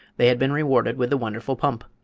they had been rewarded with the wonderful pump.